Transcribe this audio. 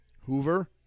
Hoover